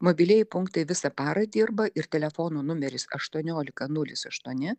mobilieji punktai visą parą dirba ir telefono numeris aštuoniolika nulis aštuoni